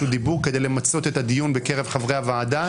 דיבור כדי למצות את הדיון בקרב חברי הוועדה.